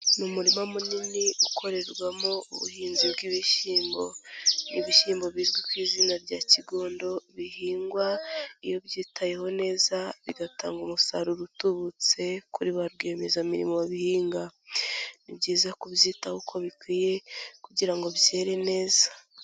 Ni umurima munini ukorerwamo ubuhinzi bw'ibishyimbo, ibishyimbo bizwi ku izina rya kigondo, bihingwa iyo ubyitayeho neza bigatanga umusaruro utubutse, kuri ba rwiyemezamirimo babihinga. Ni byiza kubyitaho uko bikwiye, kugira ngo byere neza.